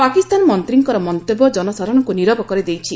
ପାକିସ୍ତାନ ମନ୍ତ୍ରୀଙ୍କର ମନ୍ତବ୍ୟ ଜନସାଧାରଣଙ୍କୁ ନିରବ କରିଦେଇଛି